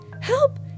Help